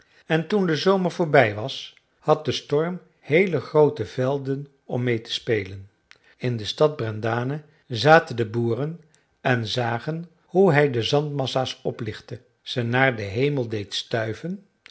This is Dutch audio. en toen de zomer voorbij was had de storm heele groote velden om meê te spelen in de stad brendane zaten de boeren en zagen hoe hij de zandmassa's oplichtte ze naar den hemel deed stuiven